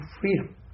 freedom